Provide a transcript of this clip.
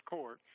Court